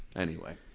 anyway.